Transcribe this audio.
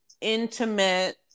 intimate